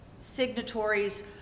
signatories